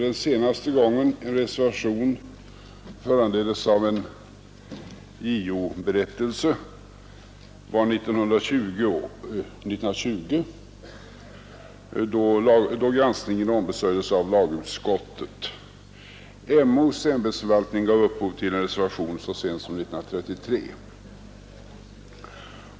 Den senaste gången en reservation föranleddes av en JO-berättelse var 1920, då granskningen ombesörjdes av lagutskottet. MO:s ämbetsförvaltning gav upphov till en reservation så sent som 1933.